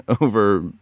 over